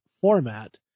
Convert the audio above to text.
format